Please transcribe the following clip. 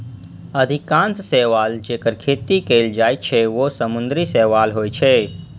अधिकांश शैवाल, जेकर खेती कैल जाइ छै, ओ समुद्री शैवाल होइ छै